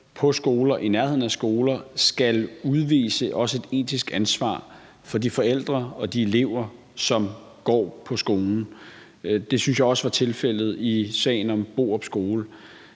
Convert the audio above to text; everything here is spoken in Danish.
i nærheden af skoler, også skal udvise et etisk ansvar for de forældre og de elever, som går på skolen. Det synes jeg også var tilfældet i sagen om Borup Skole.